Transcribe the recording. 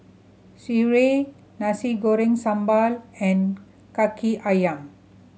sireh Nasi Goreng Sambal and Kaki Ayam